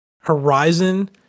Horizon